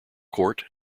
court